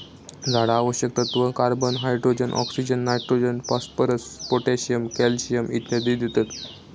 झाडा आवश्यक तत्त्व, carbon, hydrogen, oxygen, nitrogen, phosphorus, potassium, calcium इत्यादी देतत